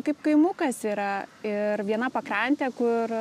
kaip kaimukas yra ir viena pakrantė kur